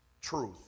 truth